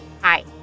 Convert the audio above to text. Hi